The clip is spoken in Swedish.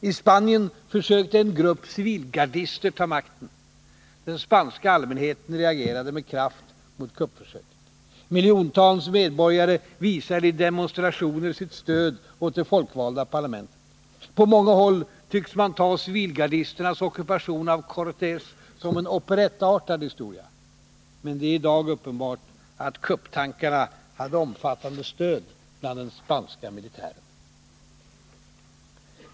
I Spanien försökte en grupp civilgardister ta makten. Den spanska allmänheten reagerade med kraft mot kuppförsöket. Miljontals medborgare visade i demonstrationer sitt stöd åt det folkvalda parlamentet. På många håll tycks man ta civilgardisternas ockupation av Cortes som en operettartad historia. Men det är i dag uppenbart att kupptankarna hade ett omfattande stöd bland den spanska militären.